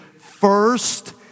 first